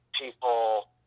people